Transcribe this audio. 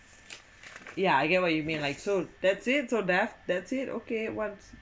yeah I get what you mean like so that's it so that that's it okay what's